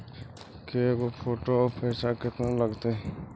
के गो फोटो औ पैसा केतना लगतै?